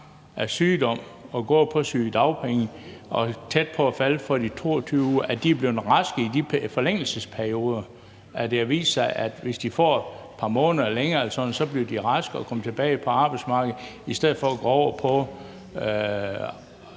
af sygdom og går på sygedagpenge og er tæt på at falde for de 22 uger, er blevet raske i de forlængelsesperioder, altså at det har vist sig, at hvis de får et par måneder længere eller sådan noget, bliver de raske og kommer tilbage på arbejdsmarkedet i stedet for at gå over på